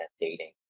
dating